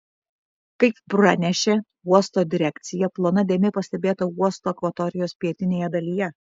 kaip pranešė uosto direkcija plona dėmė pastebėta uosto akvatorijos pietinėje dalyje